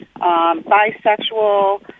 bisexual